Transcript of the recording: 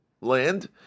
land